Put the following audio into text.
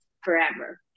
forever